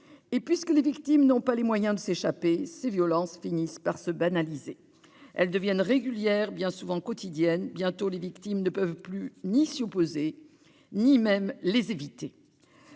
Et puisque les victimes n'ont pas les moyens de s'échapper, ces violences finissent par se banaliser : elles deviennent régulières, bien souvent quotidiennes ; bientôt, les victimes ne peuvent plus s'y opposer ni même les éviter.